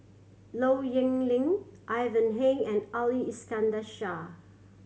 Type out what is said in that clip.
Low Yen Ling Ivan Heng and Ali Iskandar Shah